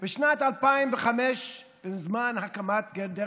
בשנת 2005, זמן הקמת גדר